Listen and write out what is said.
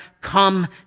come